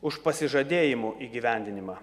už pasižadėjimo įgyvendinimą